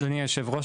אדוני יושב הראש,